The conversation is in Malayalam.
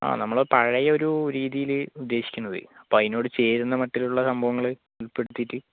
ആ നമ്മള് പഴയ ഒരു രീതിയിൽ ഉദ്ദേശിക്കുന്നത് അപ്പോൾ അതിനോട് ചേരുന്ന മട്ടിലുള്ള സംഭവങ്ങൾ ഉൾപ്പെടുത്തിയിട്ട്